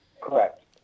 Correct